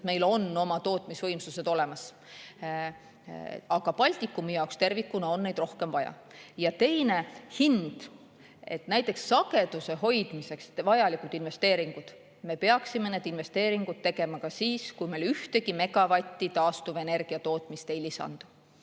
meil oma tootmisvõimsused olemas. Aga Baltikumi jaoks tervikuna on neid rohkem vaja. Teiseks, hind. Näiteks sageduse hoidmiseks vajalikud investeeringud. Me peaksime neid investeeringuid tegema ka siis, kui meil ühtegi megavatti taastuvenergia tootmist ei lisanduks.